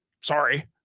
Sorry